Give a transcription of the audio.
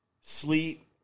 sleep